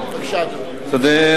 בבקשה, אדוני.